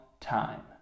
time